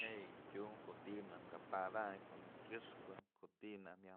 Je'e yë tyum ko'o ti'i najk ka padayn ko'o najk kyëxpë ko'o ti'i naj